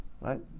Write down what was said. right